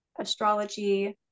astrology